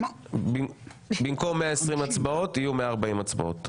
במקום 120 הצבעות תהיינה 140 הצבעות.